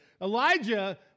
Elijah